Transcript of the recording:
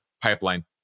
pipeline